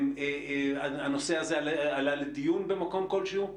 הנושא הזה עלה לדיון במקום כלשהו?